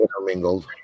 intermingled